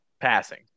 Passing